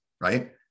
right